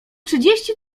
trzydzieści